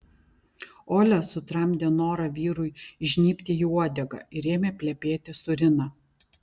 olia sutramdė norą vyrui įžnybti į uodegą ir ėmė plepėti su rina